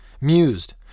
mused